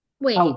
wait